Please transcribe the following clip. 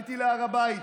כשעליתי להר הבית,